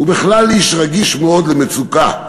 הוא בכלל איש רגיש מאוד למצוקה.